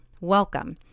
Welcome